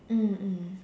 mm mm